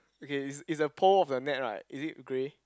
okay is is the pole of the net right is it grey